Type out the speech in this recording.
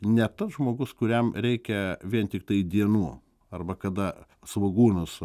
ne tas žmogus kuriam reikia vien tiktai dienų arba kada svogūnus